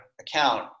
account